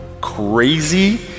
crazy